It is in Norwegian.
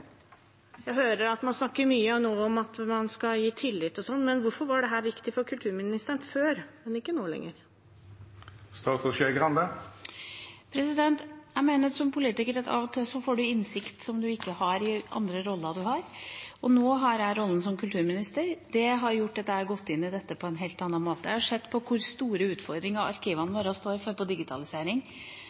Jeg hører at man nå snakker mye om å gi tillit, men hvorfor var dette viktig for kulturministeren før, og ikke nå lenger? Jeg mener at man som politiker av og til får innsikt man ikke hadde i andre roller. Nå har jeg rollen som kulturminister. Det har gjort at jeg har gått inn i dette på en helt annen måte. Jeg har sett på hvor store utfordringer arkivene våre står overfor når det gjelder digitalisering. Jeg tror det kanskje er et av de virkelig store historiske skiftene, i hvert fall på